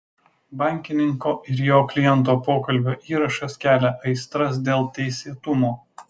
bankininko ir jo kliento pokalbio įrašas kelia aistras dėl teisėtumo